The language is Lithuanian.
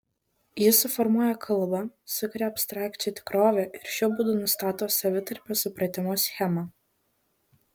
ji suformuoja kalbą sukuria abstrakčią tikrovę ir šiuo būdu nustato savitarpio supratimo schemą